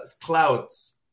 clouds